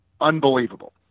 unbelievable